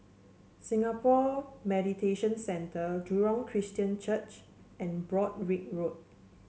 Singapore Mediation Centre Jurong Christian Church and Broadrick Road